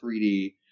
3D